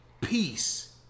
Peace